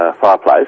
fireplace